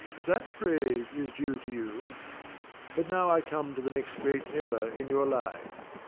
that praise is due to you but now i come to the next great error in your life.